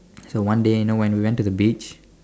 so one day you know when we went to the beach